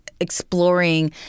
exploring